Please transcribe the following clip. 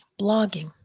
blogging